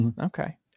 Okay